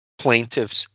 Plaintiff's